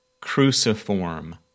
cruciform